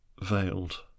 veiled